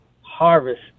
harvest